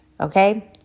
okay